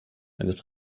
eines